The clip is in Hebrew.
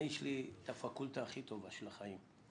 יש לי את הפקולטה הכי טובה של החיים.